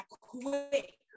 quick